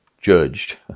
judged